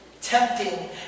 tempting